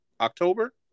October